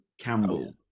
Campbell